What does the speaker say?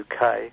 UK